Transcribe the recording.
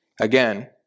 Again